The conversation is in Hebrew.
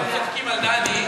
אתם צוחקים על דני,